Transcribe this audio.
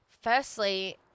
firstly